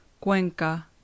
Cuenca